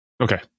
Okay